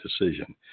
decision